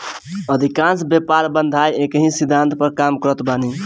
अधिकांश व्यापार बाधाएँ एकही सिद्धांत पअ काम करत बानी